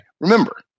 Remember